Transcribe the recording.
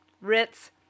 ritz